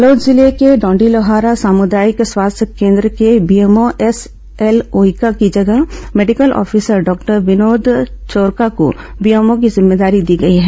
बालोद जिले के डौंडीलोहारा सामुदायिक स्वास्थ्य केन्द्र के बीएमओ एसएल ओइका की जगह medical officer doctor Vinod Chourka को बीएमओ की जिम्मेदारी दी गई है